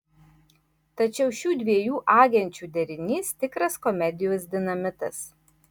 tačiau šių dviejų agenčių derinys tikras komedijos dinamitas